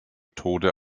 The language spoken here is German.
tode